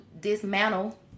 dismantle